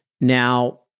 Now